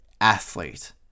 athlete